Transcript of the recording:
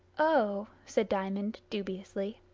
oh! said diamond, dubiously.